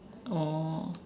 oh